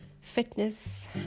Fitness